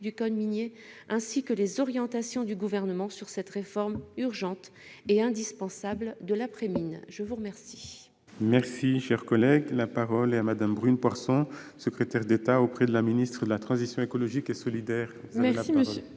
du code minier ainsi que les orientations du Gouvernement sur cette réforme urgente et indispensable de l'après-mine. La parole